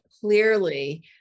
clearly